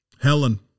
helen